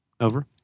Over